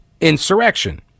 insurrection